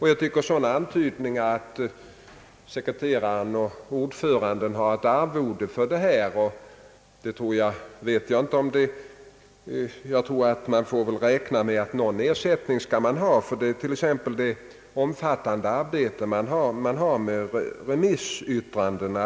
Herr Kristiansson antyder att sekreteraren och ordföranden har ett arvode, men man får ändå räkna med att de skall ha någon ersättning, t.ex. för det omfattande arbete de har med att utforma remissyttrandena.